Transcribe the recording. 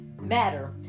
matter